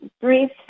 brief